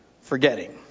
forgetting